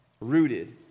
rooted